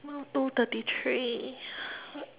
now two thirty three